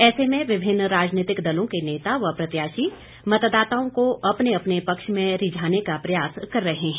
ऐसे में विभिन्न राजनीतिक दलों के नेता व प्रत्याशी मतदाताओं को अपने अपने पक्ष में रिझाने का प्रयास कर रहे हैं